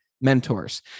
mentors